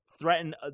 Threaten